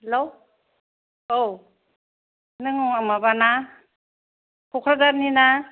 hello औ नों माबा ना क'क्राझारनि ना